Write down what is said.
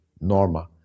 Norma